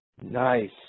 Nice